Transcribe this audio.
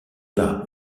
par